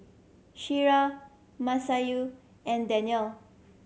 Syirah Masayu and Danial